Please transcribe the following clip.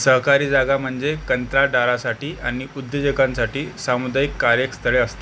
सहकारी जागा म्हणजे कंत्राटदारासाठी आणि उद्योजकांसाठी सामुदायिक कार्यकस्थळे असतात